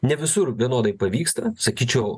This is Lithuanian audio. ne visur vienodai pavyksta sakyčiau